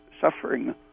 suffering